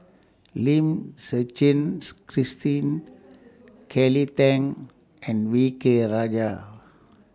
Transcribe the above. Lim Suchen Christine Kelly Tang and V K Rajah